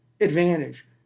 advantage